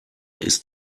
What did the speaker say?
ist